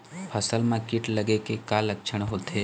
फसल म कीट लगे के का लक्षण होथे?